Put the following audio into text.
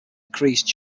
increased